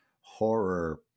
horror